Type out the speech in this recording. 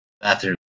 bathroom